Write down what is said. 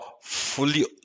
fully